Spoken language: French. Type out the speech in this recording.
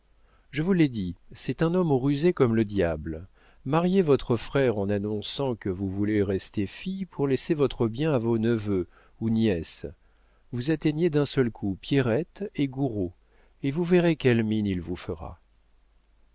je vous l'ai dit c'est un homme rusé comme le diable mariez votre frère en annonçant que vous voulez rester fille pour laisser votre bien à vos neveux ou nièces vous atteignez d'un seul coup pierrette et gouraud et vous verrez quelle mine il vous fera